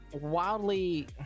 wildly